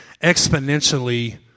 exponentially